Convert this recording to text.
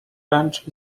wrench